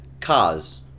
Cars